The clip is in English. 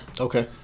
Okay